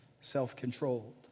self-controlled